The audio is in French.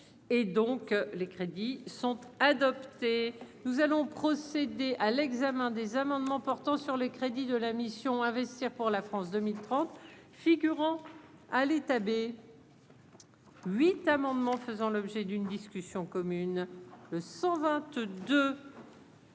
les crédits sont adoptés, nous allons procéder à l'examen des amendements portant sur les crédits de la mission investir pour la France 2030 figurant à l'état B. 8 amendement faisant l'objet d'une discussion commune le 122.